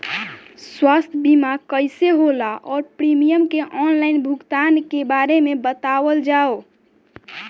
स्वास्थ्य बीमा कइसे होला और प्रीमियम के आनलाइन भुगतान के बारे में बतावल जाव?